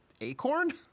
Acorn